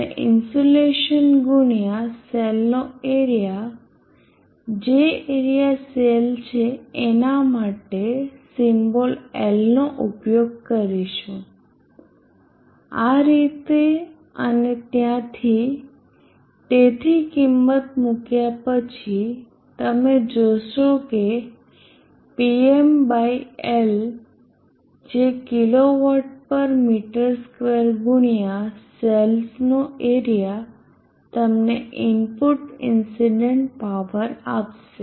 આપણે ઇન્સ્યુલેશન ગુણ્યા સેલ્સનો એરીયા જે એરીયા સેલ છે એના માટે સિમ્બોલ Lનો ઉપયોગ કરીશું આ રીતે અને ત્યાંથી તેથી કિમત મુક્યા પછી તમે જોશો કે PmL જે kilo watt per meter square ગુણ્યા સેલ્સનો એરીયા તમને ઇનપુટ ઇન્સીડન્ટ પાવર આપશે